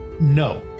No